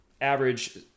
average